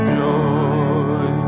joy